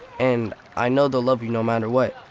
and i know they'll love you no matter what.